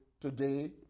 today